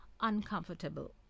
uncomfortable